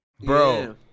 Bro